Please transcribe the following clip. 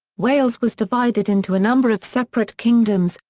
wales was divided into a number of separate kingdoms,